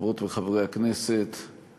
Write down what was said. חברות וחברי הכנסת,